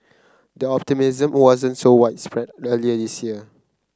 the optimism wasn't so widespread earlier this year